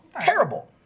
Terrible